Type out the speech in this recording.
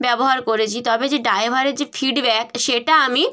ব্যবহার করেছি তবে যে ড্রাইভারের যে ফিডব্যাক সেটা আমি